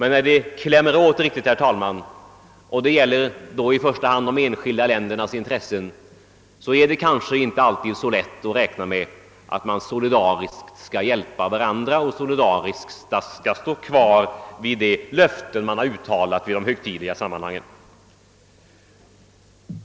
När det hårdnar till, herr talman, och de enskilda ländernas intressen kommer i fara, kan man kanske inte alltid räkna med att EFTA-länderna solidariskt skall stödja varandra och stå kvar vid de löften som uttalats i de högtidliga sammanhangen.